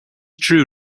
true